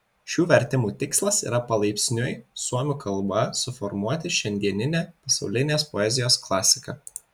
šių vertimų tikslas yra palaipsniui suomių kalba suformuoti šiandieninę pasaulinės poezijos klasiką